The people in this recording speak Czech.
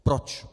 Proč?